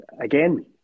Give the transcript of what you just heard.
again